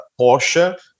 Porsche